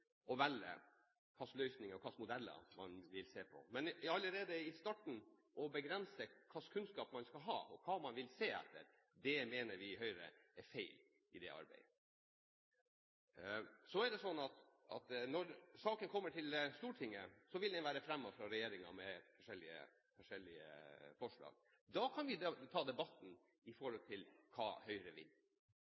å velge hva slags løsninger og hva slags modeller man vil se på. Men å begrense allerede i starten hva slags kunnskap man skal ha, hva man vil se etter, mener vi i Høyre er feil i det arbeidet. Så er det slik at når saken kommer til Stortinget, vil regjeringen ha fremmet forskjellige forslag. Da kan vi ta debatten